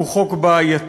הוא חוק בעייתי,